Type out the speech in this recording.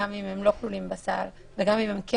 גם אם הם לא כלולים בסל וגם אם כן,